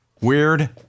Weird